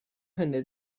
hynny